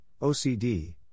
OCD